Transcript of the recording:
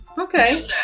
Okay